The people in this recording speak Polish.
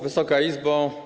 Wysoka Izbo!